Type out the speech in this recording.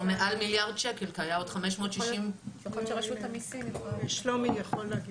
יכול להיות שרשות המיסים יכולים לענות.